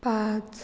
पांच